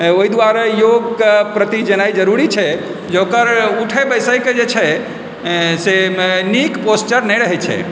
ओहि दुआरे योगके प्रति जेनाइ जरूरी छै जे ओकर उठै बैसै के जे छै से नीक पोस्चर नहि रहै छै